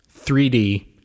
3d